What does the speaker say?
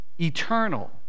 eternal